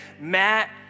Matt